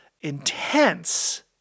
intense